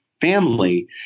family